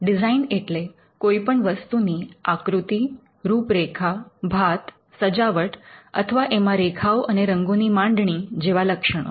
design એટલે કોઈપણ વસ્તુની આકૃતિ રૂપરેખા ભાત સજાવટ અથવા એમાં રેખાઓ અને રંગોની માંડણી જેવા લક્ષણો